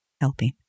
helping